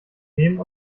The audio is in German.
nehmen